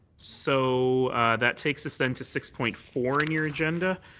so that takes us then to six point four in your agenda.